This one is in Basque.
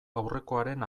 aurrekoaren